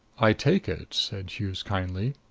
i take it, said hughes kindly,